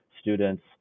students